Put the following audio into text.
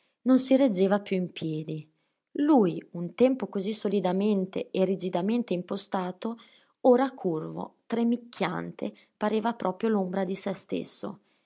non si reggeva più in piedi lui un tempo così solidamente e rigidamente impostato ora curvo tremicchiante pareva proprio l'ombra di se stesso